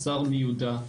השר מיודע.